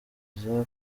ibyo